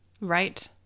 Right